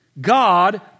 God